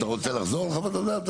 אתה רוצה לחזור על חוות הדעת?